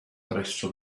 presso